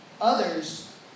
Others